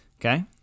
Okay